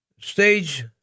Stage